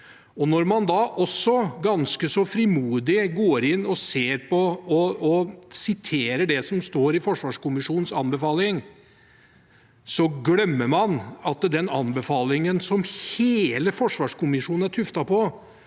Når man da ganske så frimodig går inn og siterer det som står i forsvarskommisjonens anbefaling, glemmer man at den anbefalingen som hele forsvarskommisjonen er tuftet på,